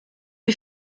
chi